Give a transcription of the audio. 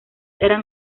eran